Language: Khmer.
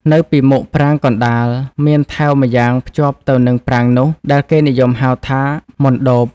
នៅពីមុខប្រាង្គកណ្តាលមានថែវម្យ៉ាងភ្ជាប់ទៅនឹងប្រាង្គនោះ ដែលគេនិយមហៅថា «មណ្ឌប»។